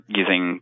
using